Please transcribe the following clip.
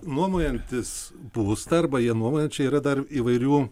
nuomojantis būstą arba jį nuomojant čia yra dar įvairių